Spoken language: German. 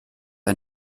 ein